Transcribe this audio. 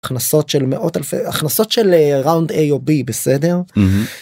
הכנסות של מאות אלפי... הכנסות של ראונד אי או בי, בסדר?